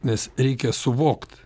nes reikia suvokt